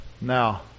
Now